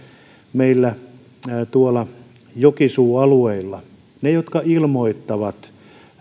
meillä tuolla jokisuualueilla ne jotka ilmoittavat